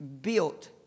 built